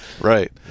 Right